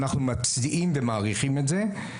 אנחנו מצדיעים ומעריכים את זה.